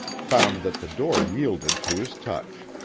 found that the door yielded to his touch.